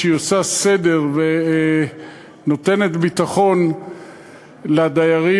שעושה סדר ונותנת ביטחון לדיירים,